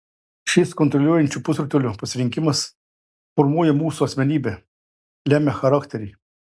šis kontroliuojančio pusrutulio pasirinkimas formuoja mūsų asmenybę lemia charakterį